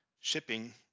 shipping